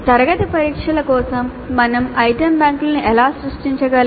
తరగతి పరీక్షల కోసం మేము ఐటెమ్ బ్యాంకులను ఎలా సృష్టించగలం